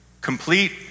Complete